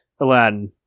Aladdin